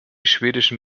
schwedischen